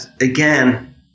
again